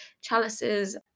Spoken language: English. chalices